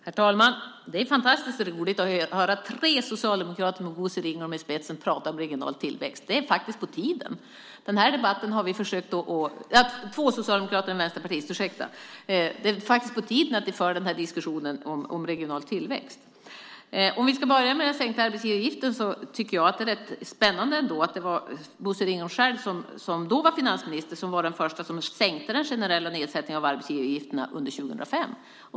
Herr talman! Det är fantastiskt roligt att höra två socialdemokrater och en vänsterpartist, med Bosse Ringholm i spetsen, prata om regional tillväxt. Det är faktiskt på tiden att vi för den här diskussionen om regional tillväxt. Vi kan börja med den sänkta arbetsgivaravgiften. Jag tycker ändå att det är rätt spännande att det var Bosse Ringholm själv, som då var finansminister, som var den första som sänkte den generella nedsättningen av arbetsgivaravgifterna under 2005.